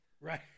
Right